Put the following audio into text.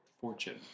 fortune